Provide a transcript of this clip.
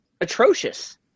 atrocious